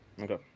Okay